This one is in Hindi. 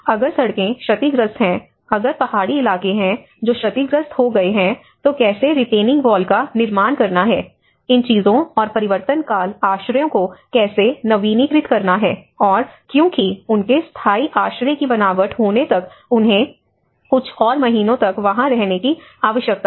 अगर सड़कें क्षतिग्रस्त हैं अगर पहाड़ी इलाके हैं जो क्षतिग्रस्त हो गए हैं तो कैसे रिटेनिंग वॉल का निर्माण करना है इन चीजों और परिवर्तनकाल आश्रयों को कैसे नवीनीकृत करना है और क्योंकि उनके स्थायी आश्रय की बनावट होने तक उन्हें कुछ और महीनों तक वहां रहने की आवश्यकता है